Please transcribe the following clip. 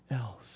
else